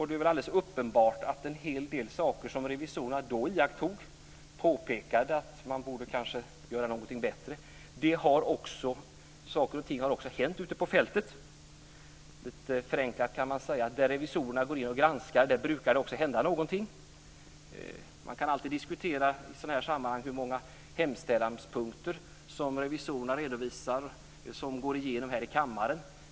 Det är uppenbart att revisorerna gjorde iakttagelser av sådant som de menade kanske kunde förbättras. Det har också hänt saker och ting ute på fältet. Man kan lite förenklat säga att där revisorerna går in och granskar brukar det också hända någonting. Man kan i sådana här sammanhang alltid diskutera hur många av de hemställanspunkter som revisorerna redovisar som sedan går igenom här i kammaren.